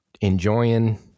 enjoying